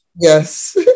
Yes